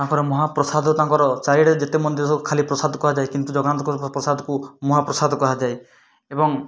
ତାଙ୍କର ମହାପ୍ରସାଦ ତାଙ୍କର ଚାରିଆଡ଼େ ଯେତେ ମନ୍ଦିର ସବୁ ଖାଲି ପ୍ରସାଦ କୁହାଯାଏ କିନ୍ତୁ ଜଗନ୍ନାଥଙ୍କର ପ୍ରସାଦକୁ ମହାପ୍ରସାଦ କୁହାଯାଏ ଏବଂ